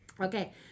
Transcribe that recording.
Okay